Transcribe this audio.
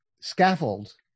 scaffold